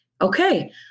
Okay